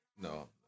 no